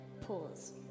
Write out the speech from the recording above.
pause